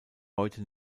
heute